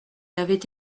avait